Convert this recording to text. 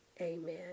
Amen